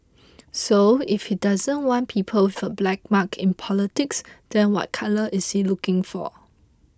so if he doesn't want people with a black mark in politics then what colour is he looking for